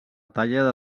tallada